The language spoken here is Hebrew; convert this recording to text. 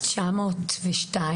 902